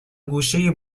گوشه